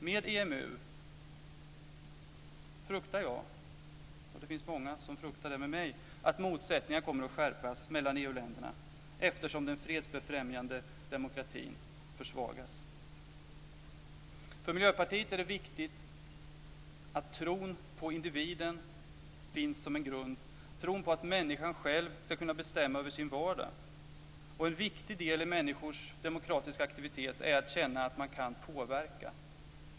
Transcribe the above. Med EMU fruktar jag, och många med mig, att motsättningar mellan EU länderna kommer att skärpas eftersom den fredsbefrämjande demokratin försvagas. För Miljöpartiet är det viktigt att tron på individen finns som grund, tron på att människan själv ska kunna bestämma över sin vardag. En viktig del i människors demokratiska aktivitet är att känna att man kan påverka.